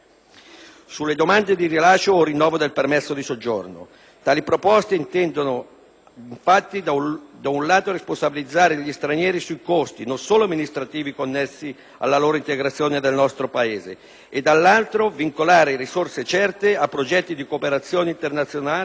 sulle domande di rilascio o rinnovo del permesso di soggiorno. Tali proposte intendono, infatti, da un lato responsabilizzare gli stranieri sui costi non solo amministrativi connessi alla loro integrazione nel nostro Paese e, dall'altro, vincolare risorse certe a progetti di cooperazione internazionale